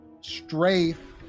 strafe